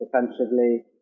defensively